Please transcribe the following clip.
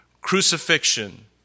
crucifixion